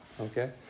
okay